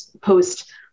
post